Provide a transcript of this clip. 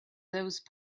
those